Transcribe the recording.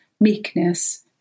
meekness